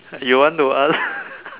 you want to ask